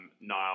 Niall